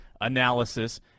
analysis